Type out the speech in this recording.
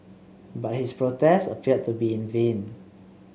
but his protest appeared to be in vain